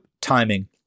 timing